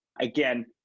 again